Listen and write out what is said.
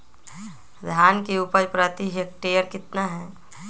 धान की उपज प्रति हेक्टेयर कितना है?